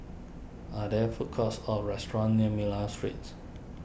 are there food courts or restaurants near Miller Street